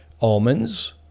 Almonds